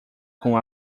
com